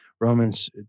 romans